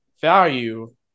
value